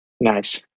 Nice